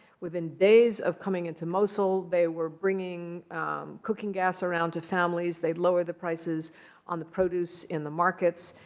within days of coming into mosul, they were bringing cooking gas around to families. they'd lower the prices on the produce in the markets.